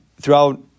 throughout